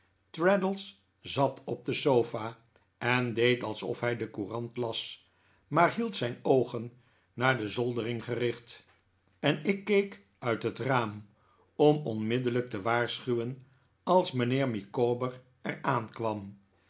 traddles zat op de sofa en deed alsof hij de courant las maar hield zijn oogen naar de zoldering gericht en ik keek uit het raam om onmiddellijk te waarschuwen als mijnheer micawber er aankwam